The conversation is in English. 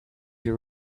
you